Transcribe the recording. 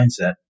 mindset